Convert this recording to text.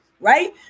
right